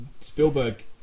Spielberg